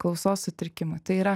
klausos sutrikimai tai yra